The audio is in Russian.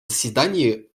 заседании